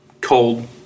Cold